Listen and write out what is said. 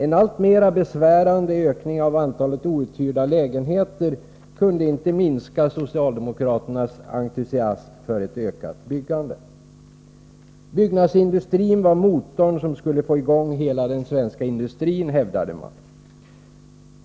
En alltmera besvärande ökning av antalet outhyrda lägenheter kunde inte minska socialdemokraternas entusiasm för ett ökat byggande. Byggnadsindustrin var motorn som skulle få i gång hela den svenska industrin, hävdade man.